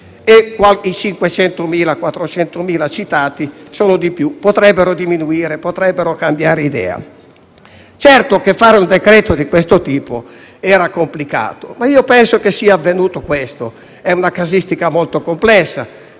i 500.000 o 400.000 citati (sono di più) potrebbero diminuire, potrebbero cambiare idea. Certo, fare un decreto-legge di questo tipo era complicato, ma io penso che sia avvenuto - è una casistica molto complessa